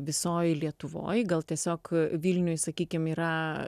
visoj lietuvoj gal tiesiog vilniuj sakykim yra